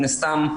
מן הסתם,